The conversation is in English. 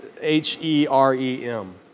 H-E-R-E-M